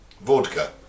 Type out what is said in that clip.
Vodka